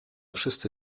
wszyscy